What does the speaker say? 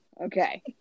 Okay